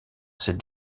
ses